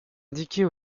indiquer